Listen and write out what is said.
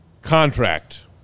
contract